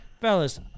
Fellas